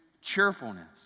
cheerfulness